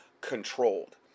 controlled